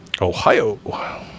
Ohio